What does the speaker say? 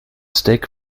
steak